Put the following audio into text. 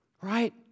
right